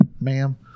ma'am